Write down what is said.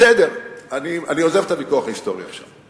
בסדר, אני עוזב את הוויכוח ההיסטורי עכשיו.